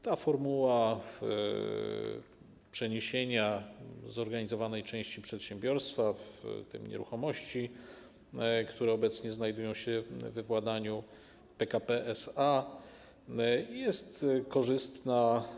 Ta formuła przeniesienia zorganizowanej części przedsiębiorstwa, w tym nieruchomości, które obecnie znajdują się we władaniu PKP SA, jest korzystna.